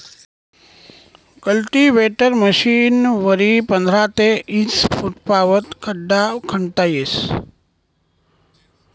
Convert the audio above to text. cultivator मशीनवरी पंधरा ते ईस फुटपावत खड्डा खणता येस